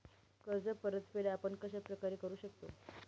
कर्ज परतफेड आपण कश्या प्रकारे करु शकतो?